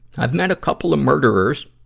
i've met a couple of murderers,